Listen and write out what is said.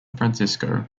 francisco